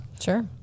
Sure